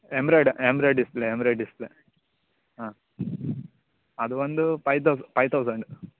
embroid embroider display embroider display ಹಾಂ ಅದು ಒಂದು ಫೈ ತೌ ಫೈ ತೌಸಂಡ್